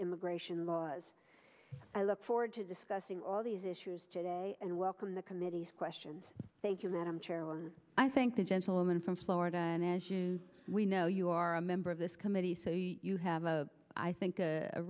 immigration laws i look forward to discussing all these issues today and welcome the committee's questions thank you madam chair i think the gentleman from florida and as you we know you are a member of this committee so you have a i think